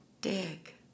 dig